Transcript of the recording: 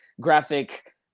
graphic